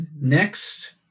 next